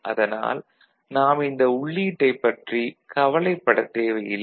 அதனால் நாம் இந்த உள்ளீட்டைப் பற்றி கவலைப்படத் தேவையில்லை